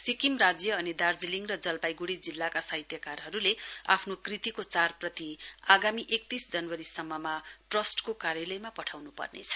सिक्किम राज्य अनि दार्जीलिङ र जलपाईगुडी जिल्लाका साहित्यकारहरूले आफ्नो कृतिको चार प्रति आगामी एकतीस जनवरी सम्ममा ट्रस्टको कार्यालयमा पठाउनु पर्नेछ